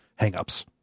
hangups